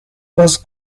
was